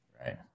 Right